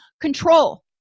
Control